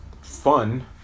fun